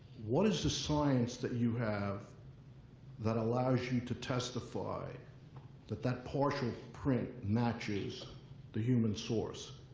what is the science that you have that allows you to testify that that partial print matches the human source?